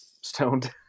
stoned